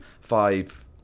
five